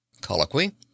colloquy